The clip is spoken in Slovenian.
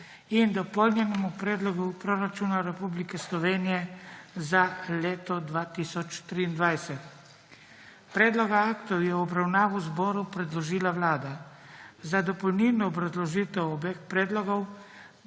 in Dopolnjenem predlogu proračuna Republike Slovenije za leto 2023. Predloga aktov je v obravnavo Državnemu zboru predložila Vlada. Za dopolnilno obrazložitev obeh predlogov